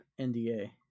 NDA